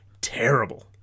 terrible